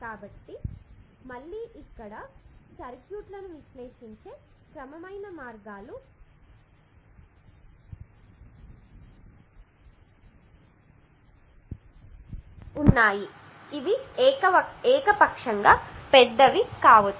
కాబట్టి మళ్ళీ ఇక్కడ చూస్తున్నది సర్క్యూట్లను విశ్లేషించే క్రమమైన మార్గాలు ఇవి ఏకపక్షంగా పెద్దవి కావచ్చు